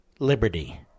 liberty